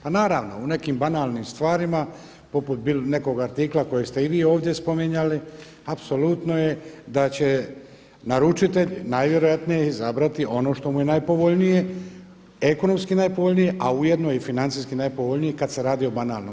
Pa naravno u nekim banalnim stvarima poput nekog artikla koji ste i vi ovdje spominjali apsolutno je da će naručitelj najvjerojatnije izabrati ono što mu je najpovoljnije, ekonomski najpovoljnije, a ujedno i financijski najpovoljnije kad se radi o banalnom.